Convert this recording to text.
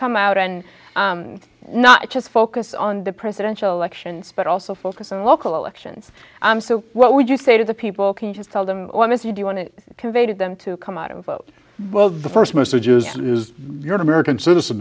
come out and not just focus on the presidential elections but also focus on local elections i'm so what would you say to the people can just tell them what message you want to convey to them to come out of well the first message is is you're an american citizen